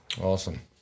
Awesome